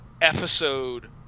episode